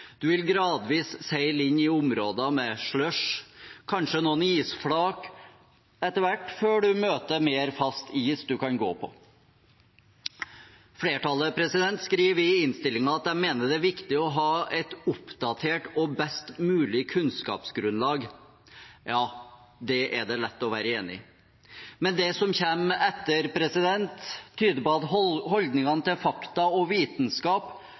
vil gradvis seile inn i områder med slush og kanskje noen isflak etter hvert, før man møter mer fast is man kan gå på. Flertallet skriver i innstillingen at de mener det er viktig å ha et oppdatert og best mulig kunnskapsgrunnlag. Ja, det er det lett å være enig i. Men det som kommer etter, tyder på at holdningene til fakta og vitenskap